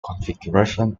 configuration